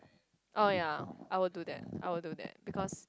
oh ya I will do that I will do that because